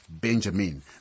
Benjamin